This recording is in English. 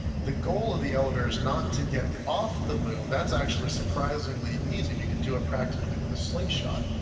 the goal of the elevator is not to get off the moon, that's actually surprisingly easy, you could do it practically with a slingshot,